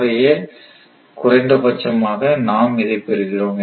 உடைய குறைந்தபட்சமாக நாம் இதை பெறுகிறோம்